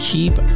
Keep